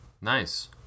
nice